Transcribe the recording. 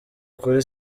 kuri